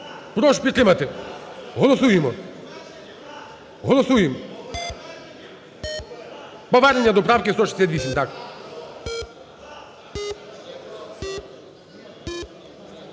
Прошу підтримати. Голосуємо. Голосуємо. Повернення до правки 168, так.